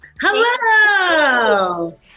Hello